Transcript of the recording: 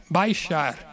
baixar